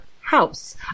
house